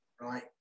right